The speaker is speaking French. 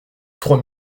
trois